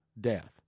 death